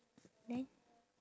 then